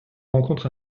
rencontre